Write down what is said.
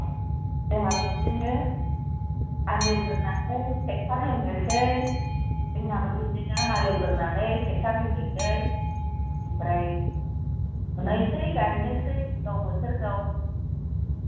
जोंहाबो बिदिनो हालौगोरनानै थेकतार होनोसै जोंनाबो बिदिनो हालौगोरनानै थेकतार होनोसै उमफ्राय फुनोसै गायनोसै गाव बोथोर गाव